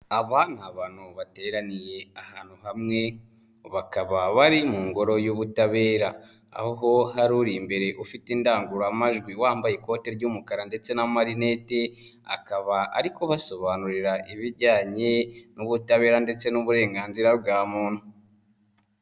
Aba ni abantu bateraniye ahantu hamwe bakaba bari mu ngoro y'ubutabera, aho hari uri imbere ufite indangururamajwi wambaye ikoti ry'umukara ndetse n'amarinete akaba ari kubasobanurira ibijyanye n'ubutabera ndetse n'uburenganzira bwa muntu.